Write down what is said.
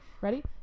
ready